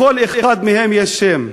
לכל אחד מהם יש שם,